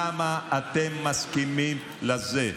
למה אתם מסכימים לזה?